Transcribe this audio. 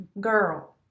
girl